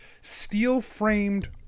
steel-framed